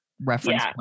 reference